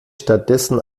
stattdessen